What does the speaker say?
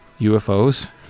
UFOs